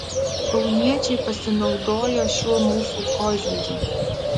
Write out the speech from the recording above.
kauniečiai pasinaudojo šiuo mūsų koziriu